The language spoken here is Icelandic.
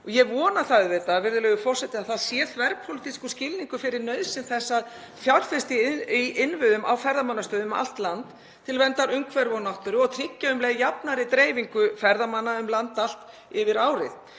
Ég vona það auðvitað, virðulegur forseti, að það sé þverpólitískur skilningur fyrir nauðsyn þess að fjárfesta í innviðum á ferðamannastöðum um allt land til verndar umhverfi og náttúru og tryggja um leið jafnari dreifingu ferðamanna um landið allt yfir árið.